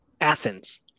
Athens